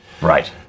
Right